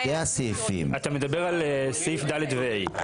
אתה מדבר על סעיף (ד) ו-(ה).